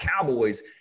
Cowboys